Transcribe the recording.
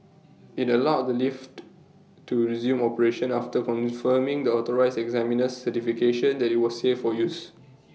IT allowed the lift to resume operation after confirming the authorised examiner's certification that IT was safe for use